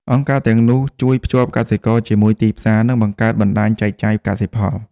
អង្គការទាំងនោះជួយភ្ជាប់កសិករជាមួយទីផ្សារនិងបង្កើតបណ្តាញចែកចាយកសិផល។